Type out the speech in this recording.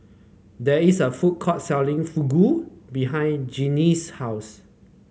there is a food court selling Fugu behind Jeanie's house